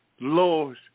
Lord